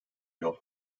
yol